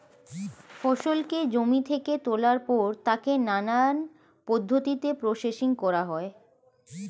ফসলকে জমি থেকে তোলার পর তাকে নানান পদ্ধতিতে প্রসেসিং করা হয়